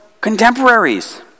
contemporaries